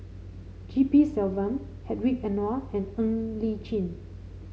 G P Selvam Hedwig Anuar and Ng Li Chin